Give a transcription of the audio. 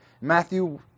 Matthew